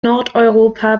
nordeuropa